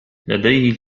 لديه